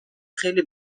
خیلی